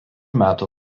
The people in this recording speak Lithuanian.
metų